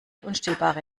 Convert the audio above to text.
unstillbare